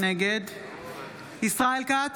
נגד ישראל כץ,